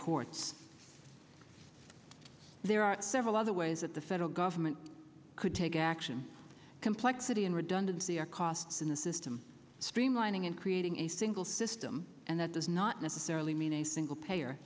courts there are several other ways that the federal government could take action complexity and redundancy are costs in the system streamlining and creating a single system and that does not necessarily mean a single payer